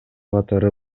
катары